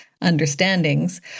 understandings